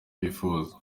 bifuza